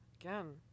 Again